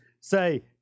say